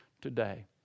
today